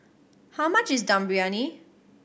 how much is Dum Briyani